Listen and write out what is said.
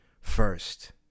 first